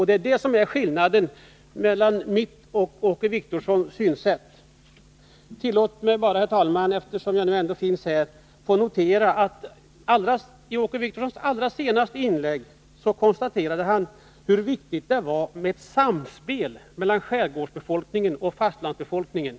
Det är således skillnaden mellan mitt och Åke Wictorssons synsätt. Tillåt mig bara, herr talman, eftersom jag ändå har ordet, att notera att Åke Wictorsson i sitt allra senaste inlägg konstaterade hur viktigt det var med ett samspel mellan skärgårdsbefolkningen och fastlandsbefolkningen.